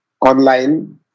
online